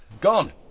Gone